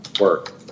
work